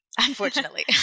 unfortunately